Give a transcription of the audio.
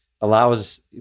allows